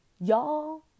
y'all